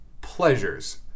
pleasures